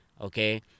okay